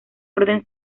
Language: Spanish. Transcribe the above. orden